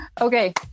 Okay